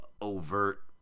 overt